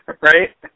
Right